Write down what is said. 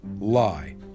lie